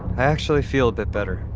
actually feel a bit better.